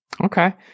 Okay